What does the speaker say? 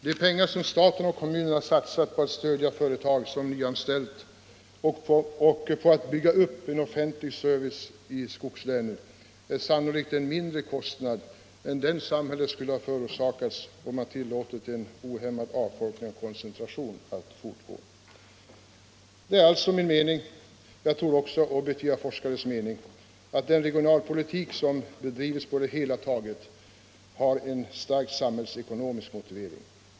De pengar som staten och kommunerna satsat på att stödja företag som nyanställt och på att bygga upp offentlig service i skogslänen är sannolikt en mindre kostnad än den samhället skulle ha förorsakats om man tillåtit en ohämmad avfolkning och koncentration att fortgå. Det är alltså min mening — och jag tror också objektiva forskares mening — att den regionalpolitik som bedrivits på det hela taget har en starkt samhällsekonomisk motivering.